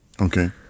Okay